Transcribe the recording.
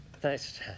Thanks